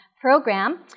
program